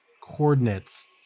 coordinates